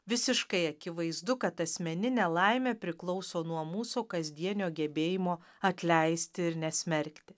visiškai akivaizdu kad asmeninė laimė priklauso nuo mūsų kasdienio gebėjimo atleisti ir nesmerkti